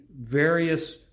various